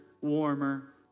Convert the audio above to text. warmer